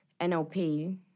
NLP